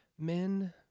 men